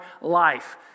life